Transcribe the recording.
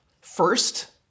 First